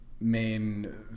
Main